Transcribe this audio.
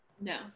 No